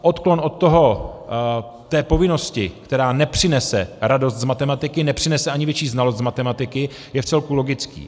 Odklon od té povinnosti, která nepřinese radost z matematiky, nepřinese ani větší znalost matematiky, je vcelku logický.